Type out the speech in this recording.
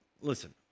listen